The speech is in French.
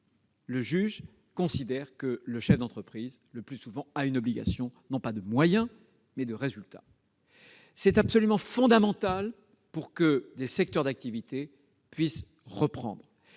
le juge considère que le chef d'entreprise a le plus souvent une obligation non pas de moyens, mais de résultat. Il est absolument fondamental de trancher ce point pour que l'activité puisse reprendre.